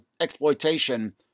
Exploitation